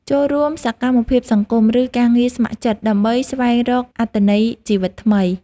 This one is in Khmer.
ចូលរួមសកម្មភាពសង្គម ឬការងារស្ម័គ្រចិត្ត ដើម្បីស្វែងរកអត្ថន័យជីវិតថ្មី។